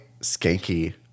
Skanky